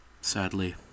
sadly